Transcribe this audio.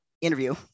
interview